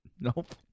Nope